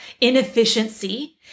inefficiency